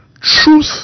truth